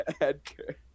Edgar